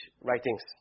writings